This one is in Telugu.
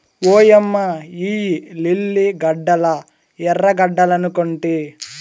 ఓయమ్మ ఇయ్యి లిల్లీ గడ్డలా ఎర్రగడ్డలనుకొంటి